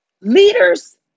Leaders